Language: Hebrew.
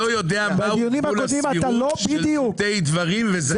לא יודע מהו גבול הסבירות של זוטי דברים וזניח.